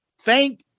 thank